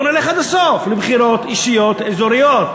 בואו נלך עד הסוף: לבחירות אישיות אזוריות.